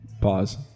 Pause